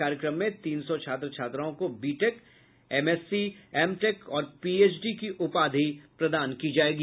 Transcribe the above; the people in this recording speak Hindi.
कार्यक्रम में तीन सौ छात्र छात्राओं को बी टेक एमएसएसी एमटेक और पीएचडी की उपाधि प्रदान की जायेगी